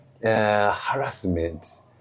harassment